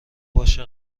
باشه